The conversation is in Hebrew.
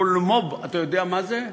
"הוולחו"ף" אתה יודע מה זה?